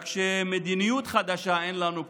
רק שמדיניות חדשה אין לנו פה.